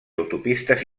autopistes